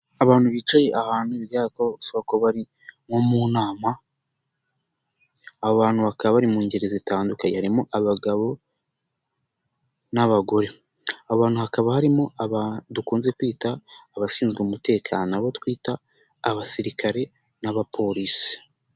Abantu bicaye ahantu bigaragara ko bashobora kuba bari mu nama abantu bakaba bari mu ngeri zitandukanye harimo abagabo n'abagore abantu hakaba harimo abantu dukunze kwita abashinzwe umutekano abo twita abasirikare n'abaporisi.